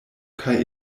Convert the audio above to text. kaj